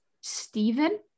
Stephen